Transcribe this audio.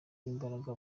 imbaraga